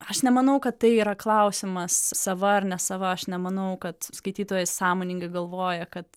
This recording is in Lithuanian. aš nemanau kad tai yra klausimas sava ar nesava aš nemanau kad skaitytojas sąmoningai galvoja kad